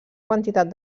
quantitat